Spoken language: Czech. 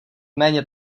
méně